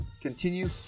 continue